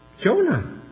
Jonah